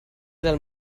dal